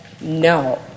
no